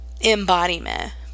embodiment